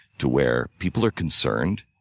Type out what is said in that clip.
to where people are concerned.